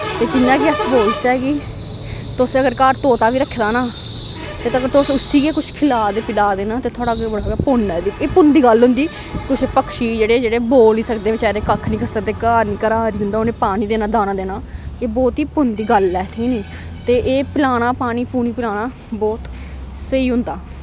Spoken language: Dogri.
जियां अस बोलचै कि तुस अगर घर तोता बी रक्खे दा ना ते अगर तुस उस्सी गै कुछ खलांदे पलांदे ते थोहाड़ा बड़ा पुन्न ऐ एह् पुन्न दी गल्ल होंदी कुसै पक्षी गी जेह्ड़े जेह्ड़े बोल नी सकदे बचैरे कक्ख नी करी सकदे घर नी घराट नी जिदां उनें पानी देना दाना देना व एह् बौह्त ई पुन्न दी गल्ल ऐ ठीक ऐ नी ते एह् पलाना पानी पूनी पलाना व बौह्त स्होई होंदा